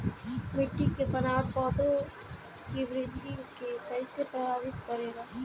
मिट्टी के बनावट पौधों की वृद्धि के कईसे प्रभावित करेला?